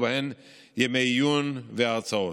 ובהן ימי עיון והרצאות.